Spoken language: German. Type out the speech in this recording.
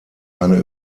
eine